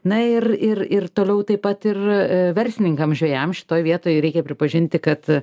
na ir ir ir toliau taip pat ir verslininkam žvejam šitoj vietoj reikia pripažinti kad